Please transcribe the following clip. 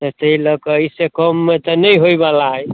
तऽ तै लऽ कऽ एहि सऽ कममे तऽ नहि होइ बला अछि